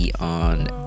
on